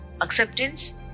acceptance